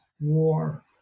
war